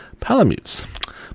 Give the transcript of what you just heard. palamutes